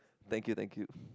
thank you thank you